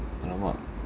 !alamak!